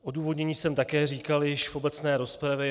Odůvodnění jsem také říkal již v obecné rozpravě.